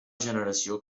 generació